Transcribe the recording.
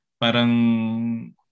parang